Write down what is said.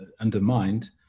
undermined